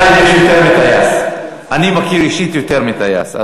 אני מכיר אישית יותר מטייס.